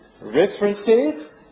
references